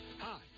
Hi